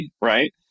right